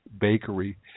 Bakery